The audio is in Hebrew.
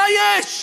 מה יש?